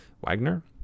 Wagner